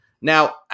Now